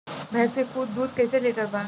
भैंस के दूध कईसे लीटर बा?